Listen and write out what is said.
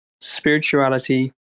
Spirituality